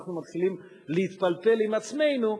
שאנחנו מתחילים להתפלפל עם עצמנו,